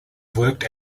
worked